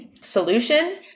Solution